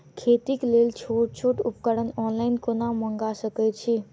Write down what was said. खेतीक लेल छोट छोट उपकरण ऑनलाइन कोना मंगा सकैत छी?